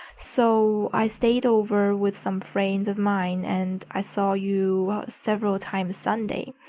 so i stayed over with some friends of mine, and i saw you several times sunday.